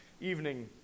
evening